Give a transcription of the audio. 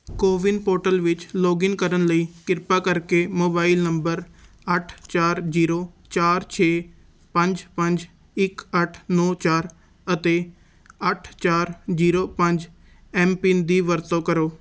CoWIN portal ਵਿੱਚ login ਕਰਨ ਲਈ ਕਿਰਪਾ ਕਰਕੇ ਮੋਬਾਈਲ ਨੰਬਰ ਅੱਠ ਚਾਰ ਜ਼ੀਰੋ ਚਾਰ ਛੇ ਪੰਜ ਪੰਜ ਇੱਕ ਅੱਠ ਨੌਂ ਚਾਰ ਅਤੇ ਅੱਠ ਚਾਰ ਜ਼ੀਰੋ ਪੰਜ ਐਮ ਪਿੰਨ ਦੀ ਵਰਤੋਂ ਕਰੋ